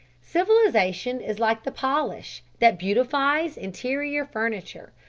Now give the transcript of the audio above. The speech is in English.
civilisation is like the polish that beautifies inferior furniture,